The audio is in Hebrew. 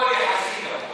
הכול יחסי, כמובן.